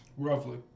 Roughly